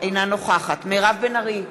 אינה נוכחת מירב בן ארי,